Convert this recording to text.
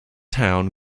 town